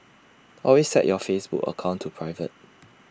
always set your Facebook account to private